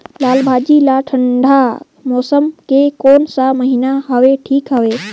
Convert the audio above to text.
लालभाजी ला ठंडा मौसम के कोन सा महीन हवे ठीक हवे?